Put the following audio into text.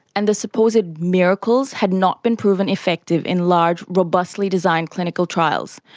and the supposed miracles had not been proven effective in large robustly-designed clinical trials,